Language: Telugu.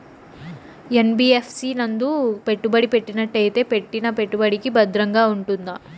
యన్.బి.యఫ్.సి నందు పెట్టుబడి పెట్టినట్టయితే పెట్టిన పెట్టుబడికి భద్రంగా ఉంటుందా?